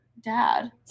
Dad